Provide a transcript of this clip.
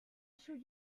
should